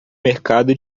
mercado